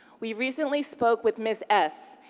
we recently spoke with ms. s,